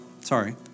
sorry